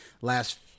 Last